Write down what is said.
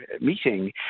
meeting